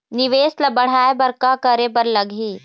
निवेश ला बढ़ाय बर का करे बर लगही?